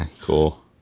Cool